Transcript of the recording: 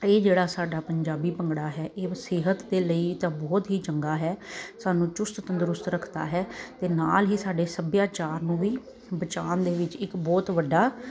ਇਹ ਜਿਹੜਾ ਸਾਡਾ ਪੰਜਾਬੀ ਭੰਗੜਾ ਹੈ ਇਹ ਸਿਹਤ ਦੇ ਲਈ ਜਾਂ ਬਹੁਤ ਹੀ ਚੰਗਾ ਹੈ ਸਾਨੂੰ ਚੁਸਤ ਤੰਦਰੁਸਤ ਰੱਖਦਾ ਹੈ ਤੇ ਨਾਲ ਹੀ ਸਾਡੇ ਸੱਭਿਆਚਾਰ ਨੂੰ ਵੀ ਬਚਾਉਣ ਦੇ ਵਿੱਚ ਇੱਕ ਬਹੁਤ ਵੱਡਾ